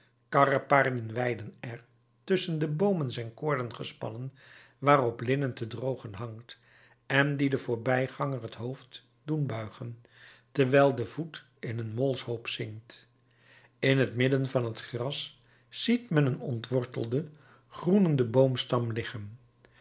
karpaarden weiden er tusschen de boomen zijn koorden gespannen waarop linnen te drogen hangt en die den voorbijganger het hoofd doen buigen terwijl de voet in een molshoop zinkt in t midden van t gras ziet men een ontwortelden groenenden boomstam liggen